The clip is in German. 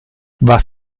was